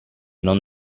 non